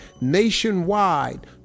nationwide